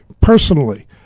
personally